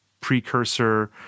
precursor